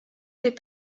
des